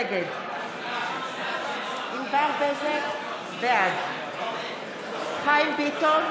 נגד ענבר בזק, בעד חיים ביטון,